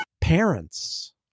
Parents